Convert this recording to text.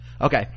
okay